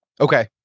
Okay